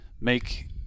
make